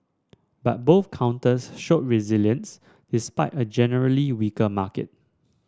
but both counters showed resilience despite a generally weaker market